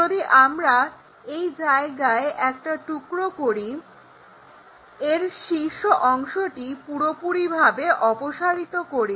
যদি আমরা এই জায়গায় একটা টুকরো করি এর শীর্ষ অংশটিকে পুরোপুরিভাবে অপসারিত করি